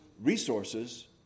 resources